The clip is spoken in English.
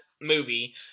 movie